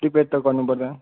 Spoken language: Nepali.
प्रिपेड त गर्नुपर्दैन